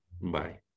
Bye